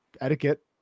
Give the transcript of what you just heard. etiquette